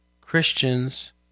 Christians